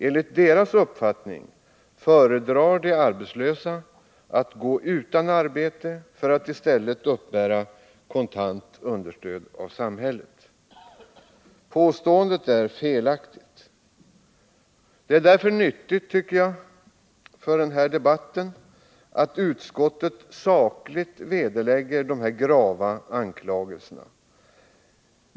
Enligt deras uppfattning föredrar de arbetslösa att gå utan arbete för att i stället uppbära kontant understöd av samhället. Påståendet är felaktigt. Det är därför nyttigt för den här debatten, tycker jag, att utskottet sakligt vederlägger dessa grava anklagelser.